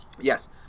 Yes